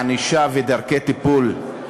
ענישה ודרכי טיפול).